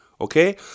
okay